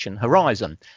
horizon